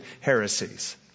heresies